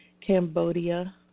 Cambodia